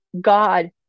God